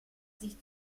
sich